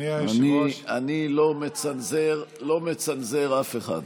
אני לא מצנזר אף אחד.